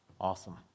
Awesome